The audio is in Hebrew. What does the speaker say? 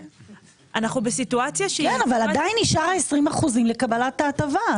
כן, אבל עדיין נשארים 20 אחוזים לקבלת ההטבה.